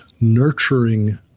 nurturing